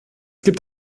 gibt